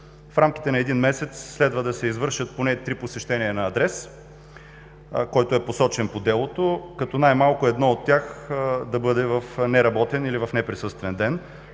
В рамките на един месец следва да се извършат поне три посещения на адрес, който е посочен по делото, като най-малко едно от тях да бъде в неработен или в неприсъствен ден.